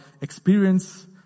experience